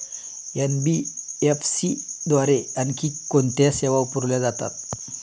NBFC द्वारे आणखी कोणत्या सेवा पुरविल्या जातात?